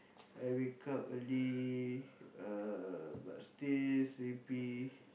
I wake up early uh but still sleepy